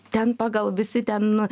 ten pagal visi ten